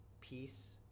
peace